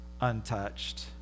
untouched